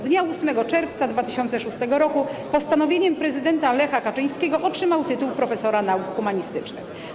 Dnia 8 czerwca 2006 r. postanowieniem prezydenta Lecha Kaczyńskiego otrzymał tytuł profesora nauk humanistycznych.